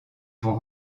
vont